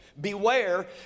Beware